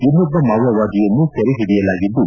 ಇನ್ನೊಬ್ಬ ಮವೋವಾದಿಯನ್ನು ಸೆರೆಯಿಡಿಯಲಾಗಿದ್ದು